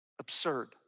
absurd